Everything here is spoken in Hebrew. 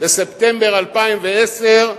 בספטמבר 2010,